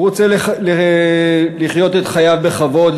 הוא רוצה לחיות את חייו בכבוד,